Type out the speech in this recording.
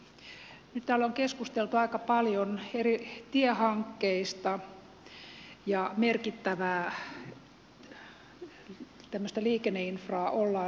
nyt täällä on keskusteltu aika paljon eri tiehankkeista ja merkittävää liikenneinfraa ollaan rakentamassa keski suomeen